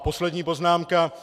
Poslední poznámka.